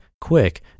quick